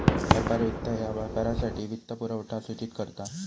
व्यापार वित्त ह्या व्यापारासाठी वित्तपुरवठा सूचित करता